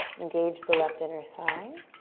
engage the left inner thigh.